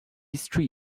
street